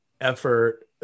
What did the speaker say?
effort